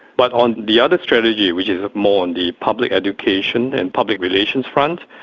but on the other strategy which more in the public education and public relations front,